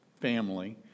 family